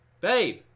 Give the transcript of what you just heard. Babe